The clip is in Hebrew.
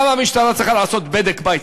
גם המשטרה צריכה לעשות בדק-בית,